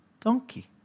donkey